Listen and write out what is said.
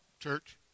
church